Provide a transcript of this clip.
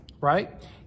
right